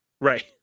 right